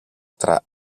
tra